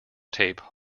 tape